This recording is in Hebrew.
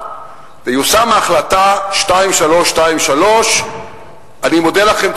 תיושם החלטת הממשלה 2323 מיום 17 באוקטובר 2010. אני מודה לכם.